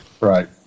Right